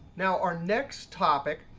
now our next topic,